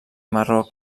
marró